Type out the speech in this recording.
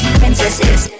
princesses